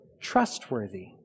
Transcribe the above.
trustworthy